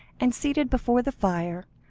and, seated before the fire,